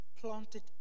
planted